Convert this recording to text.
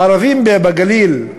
הערבים בגליל,